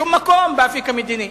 לשום מקום, באפיק המדיני.